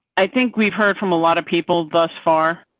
i think we've heard from a lot of people thus far.